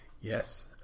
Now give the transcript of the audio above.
Yes